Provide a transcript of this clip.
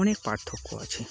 অনেক পার্থক্য আছে